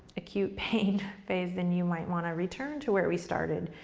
acute pain phase, then you might wanna return to where we started.